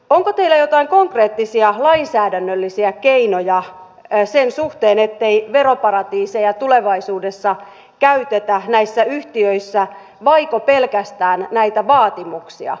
onko teillä joitakin konkreettisia lainsäädännöllisiä keinoja sen suhteen ettei veroparatiiseja tulevaisuudessa käytetä näissä yhtiöissä vaiko pelkästään näitä vaatimuksia